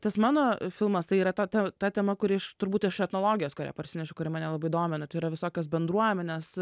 tas mano filmas tai yra ta ta tema kuris turbūt iš etnologijos kurią parsinešiau kuri mane labai domina tai yra visokios bendruomenės